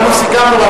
אנחנו סיכמנו.